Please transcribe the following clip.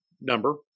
number